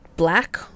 black